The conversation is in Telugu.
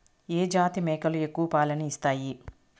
ఏ జాతి మేకలు ఎక్కువ పాలను ఇస్తాయి?